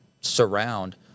surround